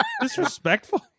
Disrespectful